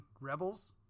Rebels